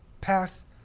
pass